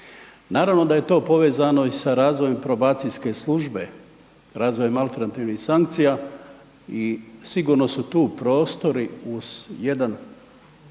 naravno da je to povezano i sa razvojem probacijske službe, razvojem alternativnih sankcija i sigurno su tu prostori uz jedan